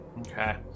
okay